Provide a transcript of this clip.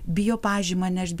bijo pažymą nešt